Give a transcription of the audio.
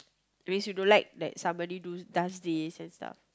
means you don't like that somebody do does this and stuff